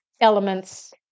elements